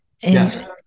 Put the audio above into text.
Yes